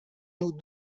nous